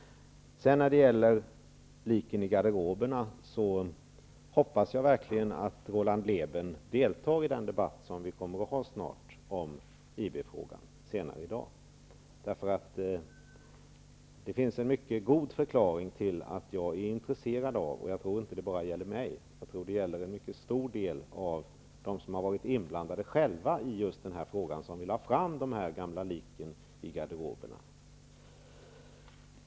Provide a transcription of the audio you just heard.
Roland Lében talade om lik i garderoberna. Jag hoppas verkligen att Roland Lében deltar i den debatt vi kommer att ha senare i dag om IB-frågan. Det finns en god förklaring till att jag är intresserad av detta. Det gäller inte bara mig. Jag tror att en mycket stor del av de som varit inblandade i denna fråga vill ha fram de gamla liken ur garderoberna.